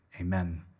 amen